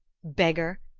beggar!